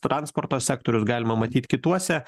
transporto sektorius galima matyt kituose